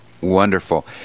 Wonderful